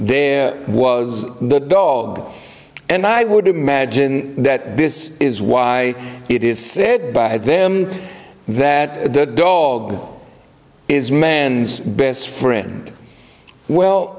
there was the dog and i would imagine that this is why it is said by them that the dog is man's best friend well